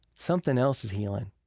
something else is healing